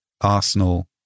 Arsenal